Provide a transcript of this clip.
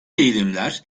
eğilimler